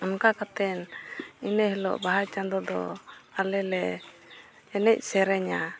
ᱚᱱᱠᱟ ᱠᱟᱛᱮᱱ ᱤᱱᱟᱹ ᱦᱤᱞᱳᱜ ᱵᱟᱦᱟ ᱪᱟᱸᱫᱳ ᱫᱚ ᱟᱞᱮ ᱞᱮ ᱮᱱᱮᱡ ᱥᱮᱨᱮᱧᱟ